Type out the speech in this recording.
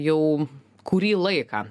jau kurį laiką